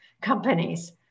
companies